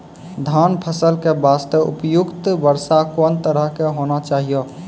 धान फसल के बास्ते उपयुक्त वर्षा कोन तरह के होना चाहियो?